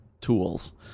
tools